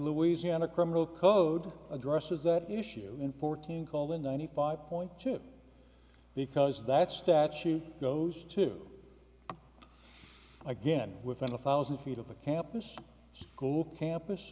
louisiana criminal code addresses that issue in fourteen call the ninety five point two because that statute goes to again within a thousand feet of the campus school campus